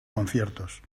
conciertos